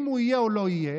אם הוא יהיה או לא יהיה,